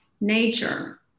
nature